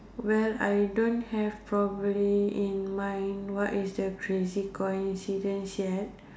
well I don't have probably in mind what is the crazy coincidence yet